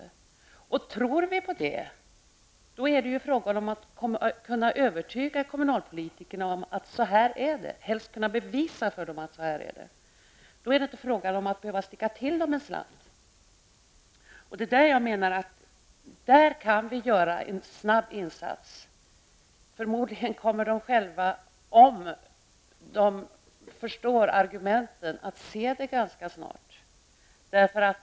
Tror vi på detta är det fråga om att kunna övertyga kommunalpolitikerna om att det är så. Helst skall man kunna bevisa för dem att det är så här. Då är det inte fråga om att behöva sticka till dem en slant. Där menar jag att vi kan göra en snabb insats. Förmodligen kommer de själva, om de förstår argumenten, att se det ganska snart.